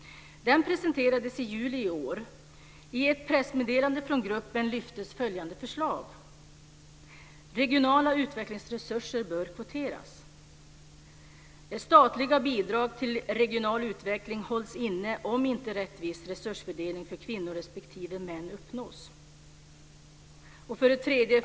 Den presenterades i juli i år. I ett pressmeddelande från gruppen lyftes följande förslag fram: · Regionala utvecklingsresurser bör kvoteras. · Statliga bidrag till regional utveckling hålls inne om inte rättvis resursfördelning för kvinnor respektive män uppnås.